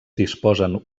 disposen